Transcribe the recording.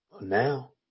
Now